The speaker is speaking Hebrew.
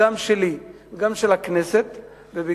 גם של הכנסת וגם שלי,